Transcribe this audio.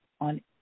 on